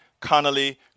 Connolly